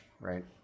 right